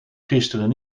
gisteren